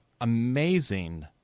amazing